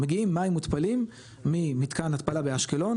מגיעים מים מותפלים ממתקן התפלה באשקלון,